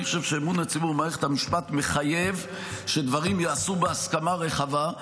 אני חושב שאמון הציבור במערכת המשפט מחייב שדברים ייעשו בהסכמה רחבה.